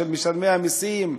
של משלמי המסים,